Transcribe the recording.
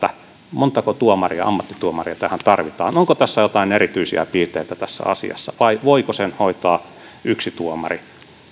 montako ammattituomaria tähän tarvitaan onko joitain erityisiä piirteitä tässä asiassa vai voiko sen hoitaa yksi tuomari